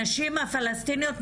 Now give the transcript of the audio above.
הנשים הפלשתינאיות,